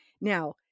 Now